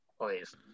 please